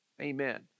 amen